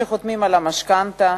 כשחותמים על המשכנתה,